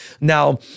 Now